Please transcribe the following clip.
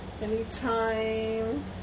Anytime